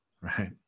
right